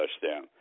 touchdown